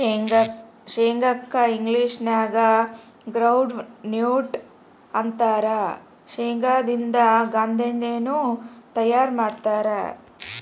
ಶೇಂಗಾ ಕ್ಕ ಇಂಗ್ಲೇಷನ್ಯಾಗ ಗ್ರೌಂಡ್ವಿ ನ್ಯೂಟ್ಟ ಅಂತಾರ, ಶೇಂಗಾದಿಂದ ಗಾಂದೇಣ್ಣಿನು ತಯಾರ್ ಮಾಡ್ತಾರ